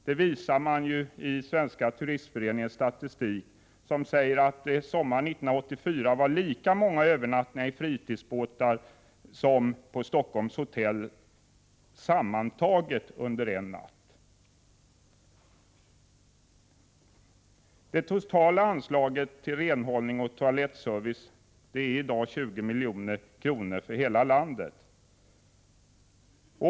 Det framgår av Svenska turistföreningens statistik, som visar att det sommaren 1984 var lika många övernattningar i fritidsbåtar som det var på Stockholms hotell sammantaget per natt. Det totala anslaget till renhållning och toalettservice är i dag 20 milj.kr. för hela landet.